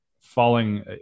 falling